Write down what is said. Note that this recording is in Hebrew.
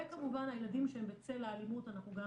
וכמובן, הילדים שהם בצל האלימות אנחנו גם